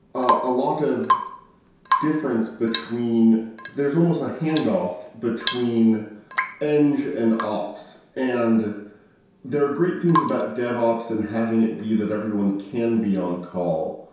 a lot of difference between there's almost a handoff between eng and and ops, and there are great things about devops and having it be that everyone can be on call,